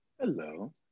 Hello